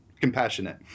compassionate